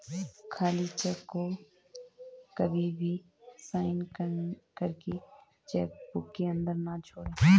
खाली चेक को कभी भी साइन करके चेक बुक के अंदर न छोड़े